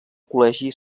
col·legi